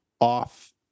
off